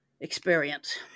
experience